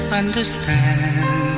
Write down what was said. understand